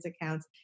accounts